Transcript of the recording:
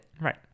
Right